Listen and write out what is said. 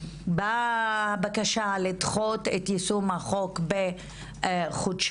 באה בקשה לדחות את יישום החוק בחודשיים,